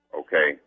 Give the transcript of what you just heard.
okay